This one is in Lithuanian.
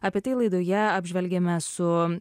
apie tai laidoje apžvelgiame su